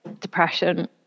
depression